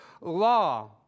law